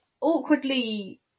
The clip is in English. awkwardly